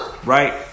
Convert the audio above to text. Right